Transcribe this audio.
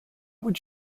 would